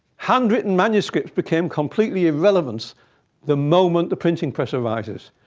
handwritten manuscripts became completely irrelevant the moment the printing press arises.